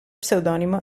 pseudonimo